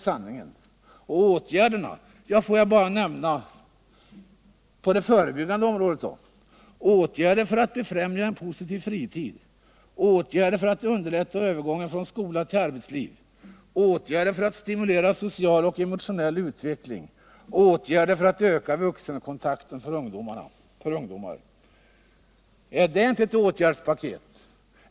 Vad gäller åtgärderna vill jag på det förebyggande området nämna följande, som nu föreslås: åtgärder för att främja en positiv fritid, åtgärder för att underlätta övergången från skola till arbetsliv, åtgärder för att stimulera social och emotionell utveckling samt åtgärder för att öka vuxenkontakterna för ungdomar. Är det inte ett bra åtgärdspaket?